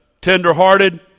tender-hearted